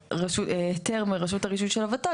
שבהם היתר מרשות הרישוי של הוות"ל,